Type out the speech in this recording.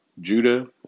Judah